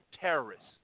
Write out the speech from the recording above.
terrorists